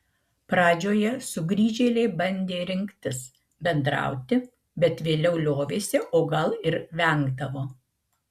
pradžioje sugrįžėliai bandė rinktis bendrauti bet vėliau liovėsi o gal ir vengdavo